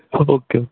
हाँ ओके